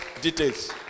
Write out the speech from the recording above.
details